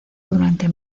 durante